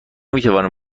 میتوانیم